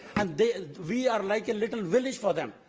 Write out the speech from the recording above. and we are like a little village for them,